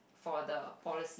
for the policy